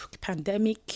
pandemic